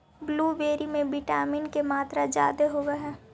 blueberry में vitamin के मात्रा जादे होब हई